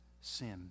sin